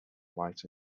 white